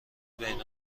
بین